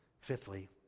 Fifthly